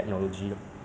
so uh